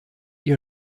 ihr